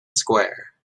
square